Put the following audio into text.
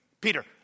Peter